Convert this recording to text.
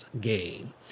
Game